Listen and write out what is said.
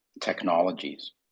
technologies